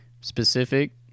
specific